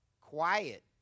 Quiet